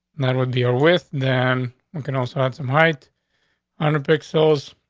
not with your with. then we can also have some height under pick cells.